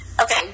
okay